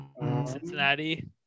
Cincinnati